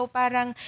parang